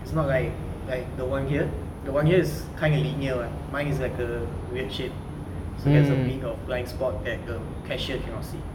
it's not like like the one here the here is kind of linear what mine is like a weird shape so there's a bit of blind spot that the cashier cannot see